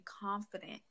confident